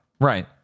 Right